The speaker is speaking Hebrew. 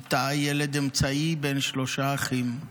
איתי, ילד אמצעי בין שלושה אחים,